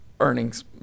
Earnings